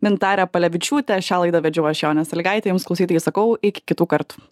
mintare palevičiūte šią laidą vedžiau aš jonė salygaitė jums klausytojai sakau iki kitų kartų